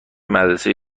مدرسه